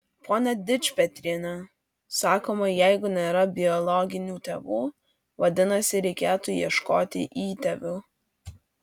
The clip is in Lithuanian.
pone dičpetriene sakoma jeigu nėra biologinių tėvų vadinasi reikėtų ieškoti įtėvių